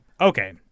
okay